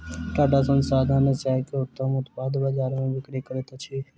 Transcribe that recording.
टाटा संस्थान चाय के उत्तम उत्पाद बजार में बिक्री करैत अछि